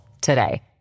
today